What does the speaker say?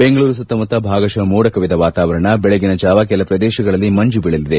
ಬೆಂಗಳೂರು ಸುತ್ತಮುತ್ತ ಭಾಗಶಃ ಮೋಡಕವಿದ ವಾತಾವರಣ ಬೆಳಗಿನ ಜಾವ ಕೆಲ ಪ್ರದೇಶಗಳಲ್ಲಿ ಮಂಜು ಬೀಳಲಿದೆ